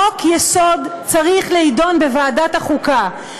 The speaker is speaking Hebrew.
חוק-יסוד צריך להידון בוועדת החוקה.